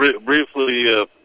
briefly